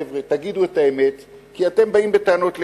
חבר'ה, תגידו את האמת, כי אתם באים בטענות לכולם.